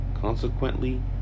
consequently